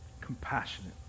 Compassionate